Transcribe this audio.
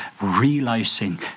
realizing